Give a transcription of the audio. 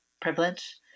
privilege